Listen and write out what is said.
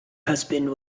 husband